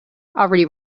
already